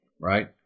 right